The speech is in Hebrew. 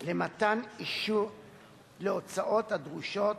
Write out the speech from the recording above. אישור להוצאות הדרושות